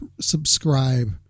subscribe